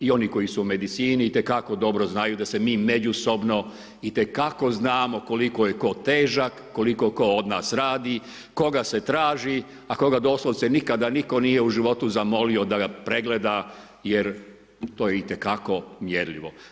I oni koji su u medicini, itekako dobro znaju da se mi međusobno itekako znamo koliko je tko težak, koliko tko od nas radi, koga se traži, a koga doslovce nikada nikoga nije u životu zamolio da ga pregleda jer to je itekako mjerljivo.